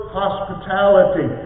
hospitality